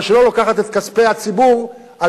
אבל שלא לוקחת את כספי הציבור ושמה אותם